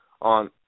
on